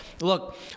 Look